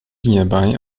hierbei